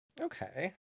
Okay